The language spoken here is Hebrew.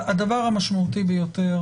הדבר המשמעותי ביותר